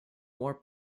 more